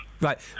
Right